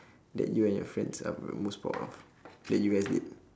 that you and your friends are um most proud of that you guys did